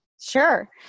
Sure